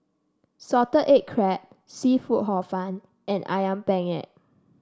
Salted Egg Crab seafood Hor Fun and ayam Penyet